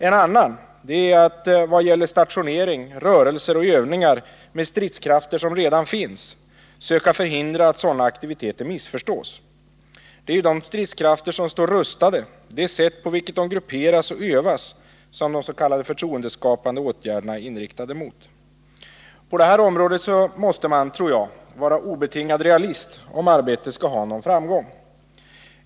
En annan sak är att vad gäller stationering, rörelser och övningar med stridskrafter som redan finns söka förhindra att sådana aktiviteter missförstås. Det är ju de stridskrafter som står rustade och det sätt på vilket de grupperas och övas som de s.k. förtroendeskapande åtgärderna är inriktade på. På det här området måste man, tror jag, obetingat vara realist, om arbetet skall ha någon framgång.